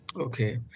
Okay